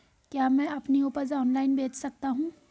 क्या मैं अपनी उपज ऑनलाइन बेच सकता हूँ?